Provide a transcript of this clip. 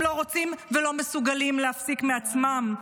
הם לא רוצים ולא מסוגלים להפסיק מעצמם.